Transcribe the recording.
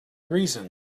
reason